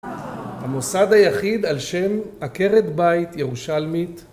המוסד היחיד על שם עקרת בית ירושלמית